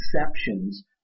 exceptions